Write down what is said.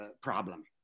problem